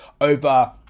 over